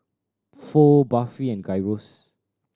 Pho Barfi and Gyros